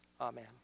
Amen